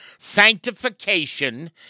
Sanctification